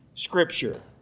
Scripture